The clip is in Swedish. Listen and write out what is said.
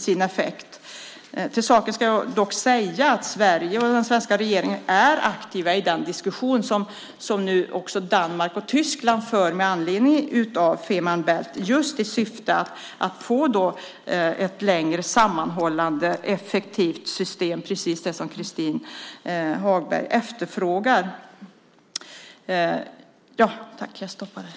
Jag ska dock säga att Sverige och den svenska regeringen är aktiva i den diskussion som nu också Danmark och Tyskland för med anledning av Femer Baelt just i syfte att få ett längre sammanhållande effektivt system, alltså precis det som Christin Hagberg efterlyser.